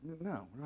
No